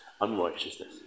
unrighteousness